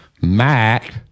Mac